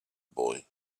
boy